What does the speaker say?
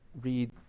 read